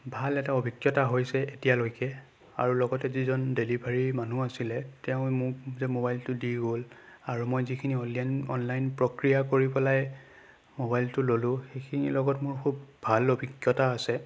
ভাল এটা অভিজ্ঞতা হৈছে এতিয়ালৈকে আৰু লগতে যিজন ডেলিভাৰী মানুহ আছিলে তেওঁৱে মোক যে মোবাইলটো দি গ'ল আৰু মই যিখিনি অনলাইন প্ৰক্ৰিয়া কৰি পেলাই মোবাইলটো ল'লোঁ সেইখিনিৰ লগত মোৰ খুব ভাল অভিজ্ঞতা আছে